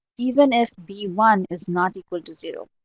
even if b one is not equal to zero.